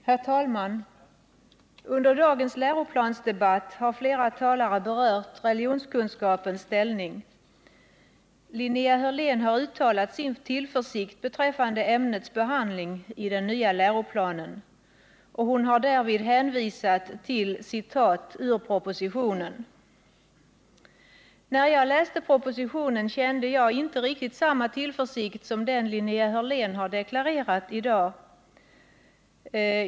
Herr talman! Under dagens läroplansdebatt har flera talare berört frågan om religionskunskapens ställning. Bl.a. har Linnea Hörlén uttalat sin tillförsikt beträffande ämnets behandling i den nya läroplanen. När jag läste propositionen kände jag inte riktigt samma tillförsikt som den Linnea Hörlén har deklarerat i dag.